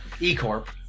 E-Corp